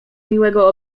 miłego